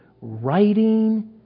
writing